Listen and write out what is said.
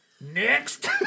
next